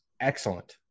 excellent